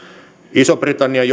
ison britannian